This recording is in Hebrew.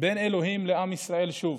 בין אלוהים לעם ישראל שוב.